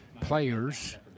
players